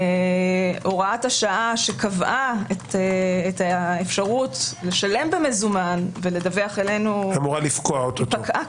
הוראת השעה שקבעה את האפשרות לשלם במזומן ולדווח אלינו פקעה